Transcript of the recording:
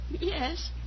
Yes